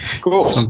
Cool